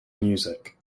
music